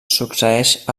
succeeix